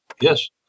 Yes